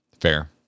Fair